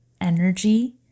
energy